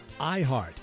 iHeart